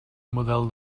model